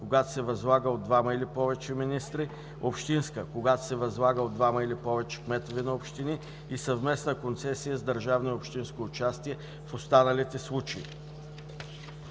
когато се възлага от двама или повече министри, общинска – когато се възлага от двама или повече кметове на общини, и съвместна концесия с държавно и общинско участие – в останалите случаи.“